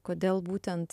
kodėl būtent